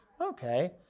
Okay